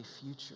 future